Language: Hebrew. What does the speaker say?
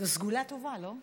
זו סגולה טובה, לא?